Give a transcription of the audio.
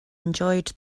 enjoyed